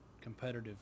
competitive